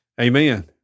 amen